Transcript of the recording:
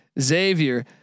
Xavier